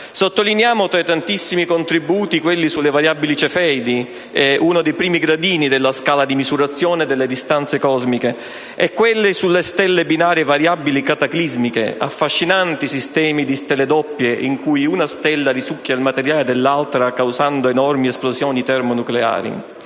Sottolineiamo, tra i tantissimi contributi, quelli sulle variabili cefeidi, uno dei primi gradini della scala di misurazione delle distanze cosmiche, e quelli sulle stelle binarie variabili cataclismiche, affascinanti sistemi di stelle doppie in cui una stella risucchia il materiale dell'altra causando enormi esplosioni termonucleari.